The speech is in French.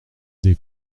des